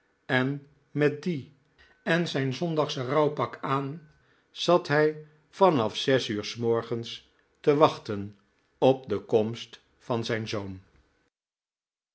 en met dien en zijn zondagsche rouwpak aan zat hij van af zes uur s morgens te wachten op de komst van zijn zoon